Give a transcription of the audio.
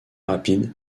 rapide